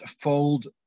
fold